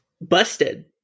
busted